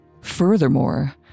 Furthermore